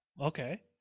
Okay